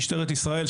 משטרת ישראל,